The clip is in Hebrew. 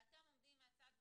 ואתם עומדים מהצד ואומרים,